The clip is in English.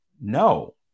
no